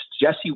Jesse